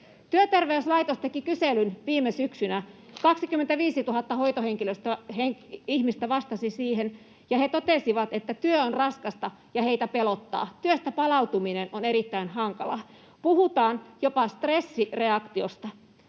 Työterveyslaitos teki kyselyn viime syksynä. 25 000 hoitohenkilöstön ihmistä vastasi siihen, ja he totesivat, että työ on raskasta ja heitä pelottaa, työstä palautuminen on erittäin hankalaa, puhutaan jopa stressireaktiosta.